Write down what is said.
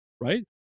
right